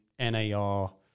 NAR